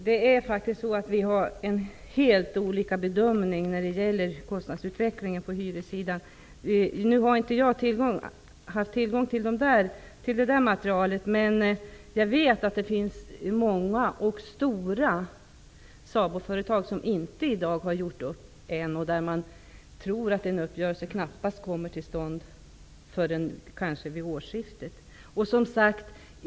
Herr talman! Vi gör faktiskt helt olika bedömingar av kostnadsutvecklingen på hyressidan. Jag har inte haft tillgång till samma material som socialministern. Däremot vet jag att det finns många stora SABO-företag som i dag ännu inte har gjort upp och där man tror att en uppgörelse knappast kommer till stånd före årsskiftet.